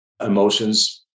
emotions